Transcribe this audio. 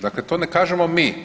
Dakle, to ne kažemo mi.